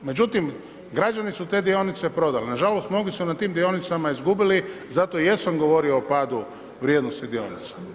Međutim, građani su te dionice prodali, nažalost, mnogi su na tim dionicama izgubili, zato i jesam govorio o padu vrijednosti dionica.